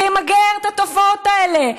שימגר את התופעות האלה.